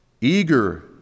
eager